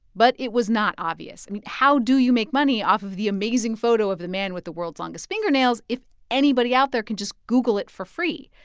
but it was not obvious. i mean, how do you make money off of the amazing photo of the man with the world's longest fingernails if anybody out there can just google it for free?